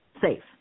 safe